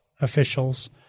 officials